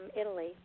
Italy